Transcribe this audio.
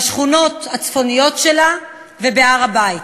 בשכונות הצפוניות שלה ובהר-הבית.